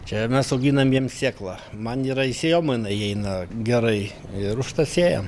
čia mes auginam jiem sėklą man yra į sėjomainą įeina gerai ir užtat sėjam